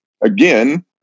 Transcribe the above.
Again